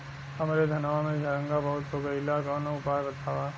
हमरे धनवा में झंरगा बहुत हो गईलह कवनो उपाय बतावा?